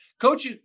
Coach